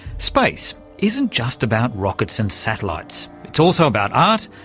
space isn't just about rockets and satellites. it's also about art,